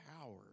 power